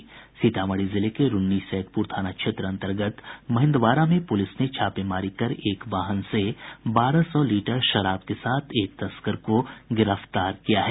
सीतामढ़ी जिले के रून्नी सैदपूर थाना क्षेत्र अंतर्गत महिन्दवारा में पूलिस ने छापेमारी कर एक वाहन से बारह सौ लीटर शराब के साथ एक तस्कर को गिरफ्तार किया है